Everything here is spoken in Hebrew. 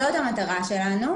זאת המטרה שלנו.